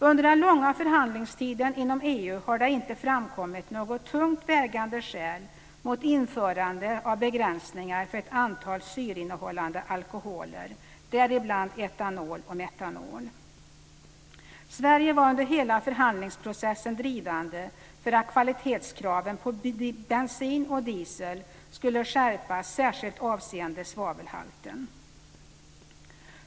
Under den långa förhandlingstiden inom EU har det inte framkommit något tungt vägande skäl mot införande av begränsningar för ett antal syreinnehållande alkoholer, däribland etanol och metanol. Sverige var under hela förhandlingsprocessen drivande för att kvalitetskraven på bensin och diesel skulle skärpas särskilt avseende svavelhalten.